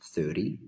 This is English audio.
Thirty